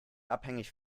abhängig